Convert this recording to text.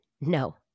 no